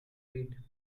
weed